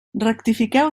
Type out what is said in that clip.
rectifiqueu